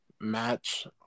match